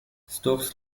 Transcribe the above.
stokes